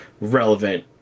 relevant